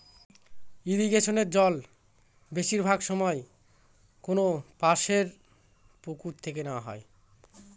ইরিগেশনের জল বেশিরভাগ সময় কোনপাশর পুকুর থেকে নেওয়া হয়